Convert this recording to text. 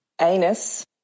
anus